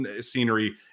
scenery